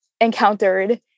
encountered